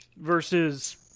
versus